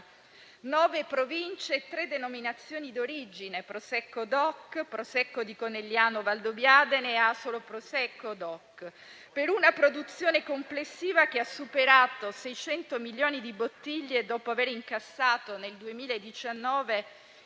Province e tre denominazioni d'origine: Prosecco Doc, Prosecco di Conegliano Valdobbiadene e Asolo Prosecco Doc, per una produzione complessiva che ha superato 600 milioni di bottiglie, dopo aver incassato, nel 2019,